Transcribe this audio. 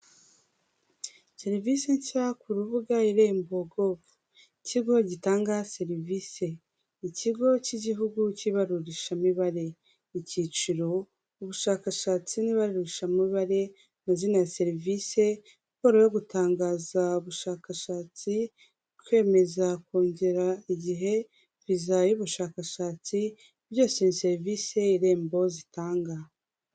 Serivisi nshya ku rubuga irembo govu, ikigo gitanga serivisi, ikigo cy'igihugu cyibarurishamibare icyiciro ubushakashatsi n'ibarurisha mibare mazina ya serivisi, raporo yo gutangaza ubushakashatsi kwemeza kongera igihe viza y'ubushakashatsi, byose serivisi irembo zitanga.